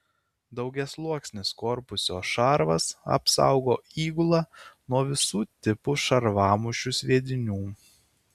daugiasluoksnis korpuso šarvas apsaugo įgulą nuo visų tipų šarvamušių sviedinių